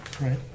right